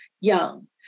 young